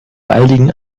baldigen